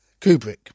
Kubrick